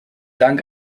dank